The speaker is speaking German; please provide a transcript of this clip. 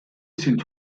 sind